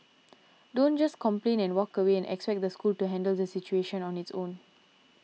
don't just complain and walk away and expect the school to handle the situation on its own